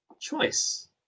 choice